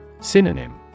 Synonym